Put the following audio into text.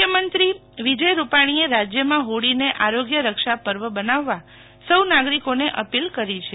મુખ્યપ્રધાન વિજય રૂપાણીએ રાજ્યમાં હોળીને આરોગ્ય રક્ષાપર્વ બનાવવા સૌ નાગરિકીને આપીલ કરી છે